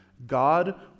god